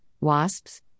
wasps